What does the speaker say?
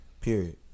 Period